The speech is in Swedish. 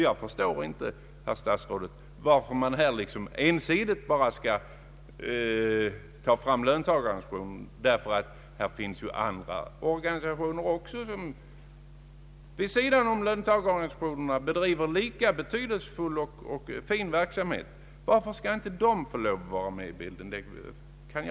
Jag förstår inte, herr statsråd, varför man ensidigt skall ta fram löntagarorganisationerna, eftersom det också finns andra organisationer som, vid sidan av dessa, bedriver en lika betydelsefull och fin verksamhet. Jag kan inte inse varför inte de skall få vara med i bilden.